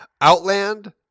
Outland